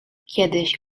kiedyś